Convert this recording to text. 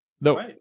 no